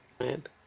right